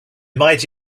might